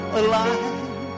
alive